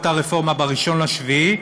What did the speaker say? אותה רפורמה ב-1 ביולי,